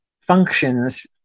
functions